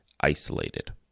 isolated